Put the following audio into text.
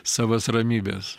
savas ramybes